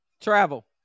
Travel